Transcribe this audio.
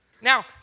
Now